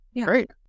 Great